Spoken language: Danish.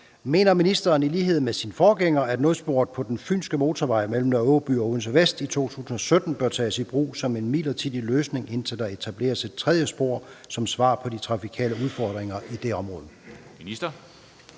Mener ministeren i lighed med sin forgænger, at nødsporet på den fynske motorvej mellem Nr. Aaby og Odense Vest i 2017 bør tages i brug som en midlertidig løsning, indtil der etableres et tredje spor som svar på de trafikale udfordringer i det område?